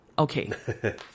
Okay